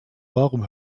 warum